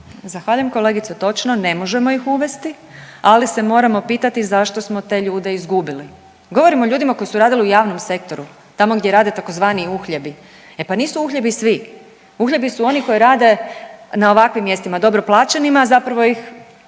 Zahvaljujem. Kolegice točno je, ne možemo ih uvesti ali se moramo pitati zašto smo te ljude izgubili. Govorimo o ljudima o koji su radili u javnom sektoru, tamo gdje rade tzv. uhljebi, e pa nisu uhljebi svi. Uhljebi su oni koji rade na ovakvim mjestima, dobro plaćenima, a zapravo ih u